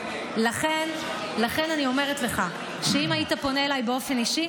לכן אני אומרת לך שאם היית פונה אליי באופן אישי,